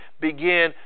begin